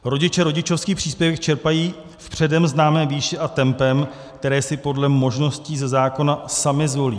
Rodiče rodičovský příspěvek čerpají v předem známé výši a tempem, které si podle možností ze zákona sami zvolí.